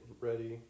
ready